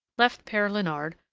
left pere leonard,